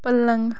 پلنٛگ